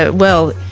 ah well.